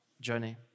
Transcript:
journey